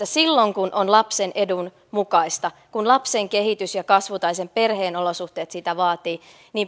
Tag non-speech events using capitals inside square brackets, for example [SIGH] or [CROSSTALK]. [UNINTELLIGIBLE] silloin kun on lapsen edun mukaista kun lapsen kehitys ja kasvu tai perheen olosuhteet sitä vaativat